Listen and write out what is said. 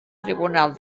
tribunal